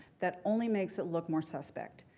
that only makes it look more suspect.